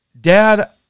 Dad